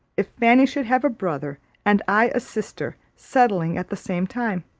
if fanny should have a brother and i a sister settling at the same time.